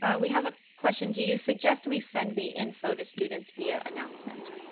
ah we have a question, do you suggest we send the info to students via announcements